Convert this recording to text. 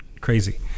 crazy